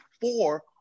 four